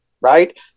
right